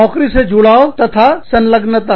नौकरी से जुड़ाव तथा संलग्नता